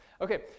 Okay